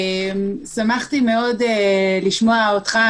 שמחתי מאוד לשמוע אותך,